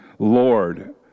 Lord